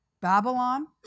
Babylon